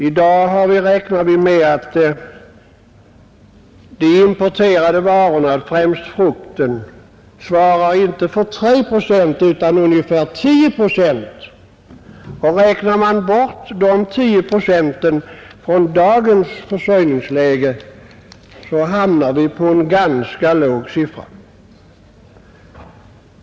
I dag räknar vi med att de importerade varorna, främst frukten, svarar för inte 3 procent utan ungefär 10 procent. Räknar man bort de 10 procenten från dagens försörjningsläge hamnar vi på en ganska låg siffra.